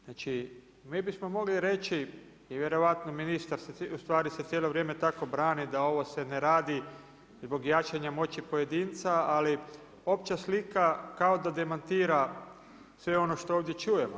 Znači mi bismo mogli reći i vjerojatno se ministar tako cijelo vrijeme brani da ovo se ne radi zbog jačanja moći pojedinca, ali opća slika kao da demantira sve ono što ovdje čujemo.